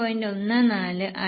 14 ആയിരുന്നു